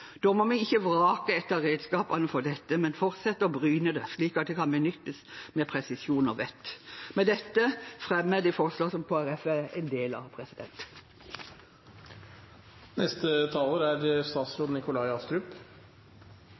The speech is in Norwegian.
Da må vi ikke vrake et av redskapene for dette, men fortsette å bryne det, slik at det kan benyttes med presisjon og vett.